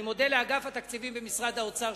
אני מודה לאגף התקציבים במשרד האוצר,